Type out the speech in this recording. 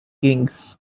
kings